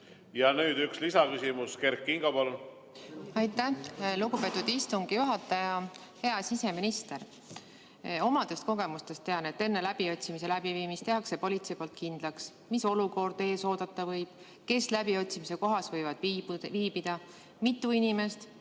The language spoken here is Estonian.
Nüüd üks lisaküsimus. Kert Kingo, palun! Aitäh, lugupeetud istungi juhataja! Hea siseminister! Omadest kogemustest tean, et enne läbiotsimise läbiviimist teeb politsei kindlaks, mis olukord ees oodata võib – kes läbiotsimise kohas võivad viibida, mitu inimest,